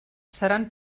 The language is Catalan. seran